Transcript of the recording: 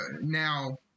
now